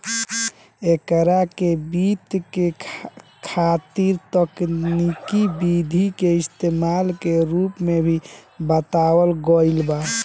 एकरा के वित्त के खातिर तकनिकी विधि के इस्तमाल के रूप में भी बतावल गईल बा